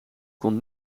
kon